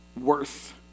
worth